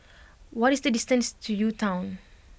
what is the distance to U Town